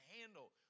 handle